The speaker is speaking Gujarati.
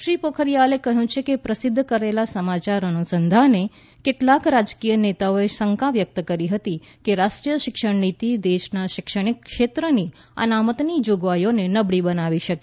શ્રી પોખરીયાલે કહ્યું કે પ્રસિદ્ધ કરાયેલા સમાચાર અનુસંધાને કેટલાક રાજકીય નેતાઓએ શંકા વ્યક્ત કરી હતી કે રાષ્રીકાય શિક્ષણ નીતિ દેશના શૈક્ષણિક ક્ષેત્રની અનામતની જોગવાઈઓને નબળી બનાવી શકે